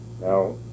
Now